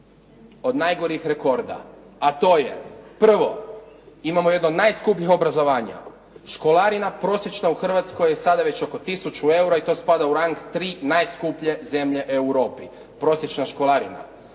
od najgorih rekorda, a to je prvo, imamo jedno od najskupljih obrazovanja. Školarina prosječna u Hrvatskoj je sada već oko 1000 eura i to spada u rang 3 najskuplje zemlje u Europi, prosječna školarina.